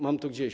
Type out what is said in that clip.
Mam to gdzieś.